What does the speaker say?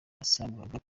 basabwaga